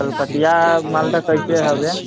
कलकतिया मालदह कैसे हौबे